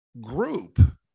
group